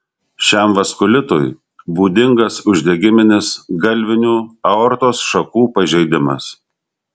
šiam vaskulitui būdingas uždegiminis galvinių aortos šakų pažeidimas